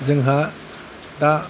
जोंहा दा